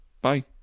bye